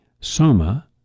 SOMA